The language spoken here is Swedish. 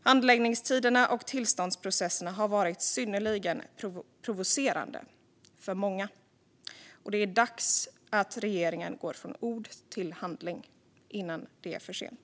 Handläggningstiderna och tillståndsprocesserna har varit synnerligen provocerande för många. Det är dags att regeringen går från ord till handling innan det är för sent.